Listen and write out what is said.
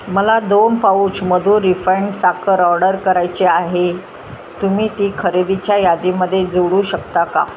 मला दोन पाउच मधू रिफाईंड साखर ऑर्डर करायची आहे तुम्ही ती खरेदीच्या यादीमध्ये जोडू शकता का